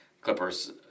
Clippers